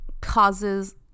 causes